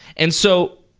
and so,